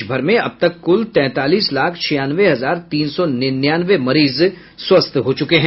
देशभर में अब तक कुल तैंतालीस लाख छियानवे हजार तीन सौ निन्यानवे मरीज स्वस्थ हो चूके है